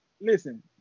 listen